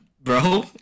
Bro